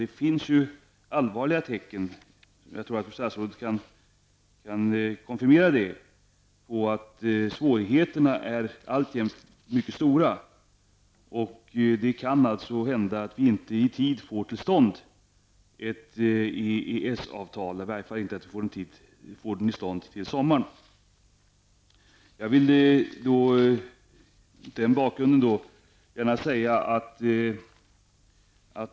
Det är ju så, det tror jag fru statsrådet kan konfirmera, att svårigheterna alltjämt är mycket stora. Det kan alltså hända att vi inte får till stånd ett EES-avtal i tid, dvs. till sommaren.